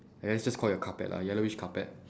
!aiya! it's just call it a carpet lah yellowish carpet